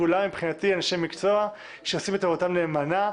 כולם מבחינתי אנשי מקצוע שעושים את עבודתם נאמנה.